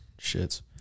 shits